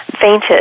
fainted